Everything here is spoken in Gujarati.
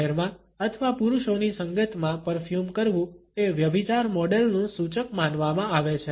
જાહેરમાં અથવા પુરુષોની સંગતમાં પરફ્યુમ કરવું એ વ્યભિચાર મોડેલ નું સૂચક માનવામાં આવે છે